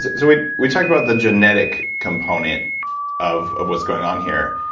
so we talk about the genetic component of of what's going on here.